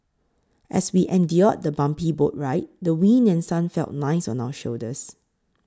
as we endured the bumpy boat ride the wind and sun felt nice on our shoulders